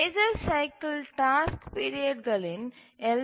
major cycle டாஸ்க்கு பீரியட்களின் L